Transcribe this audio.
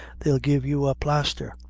they'll give you a plaisther.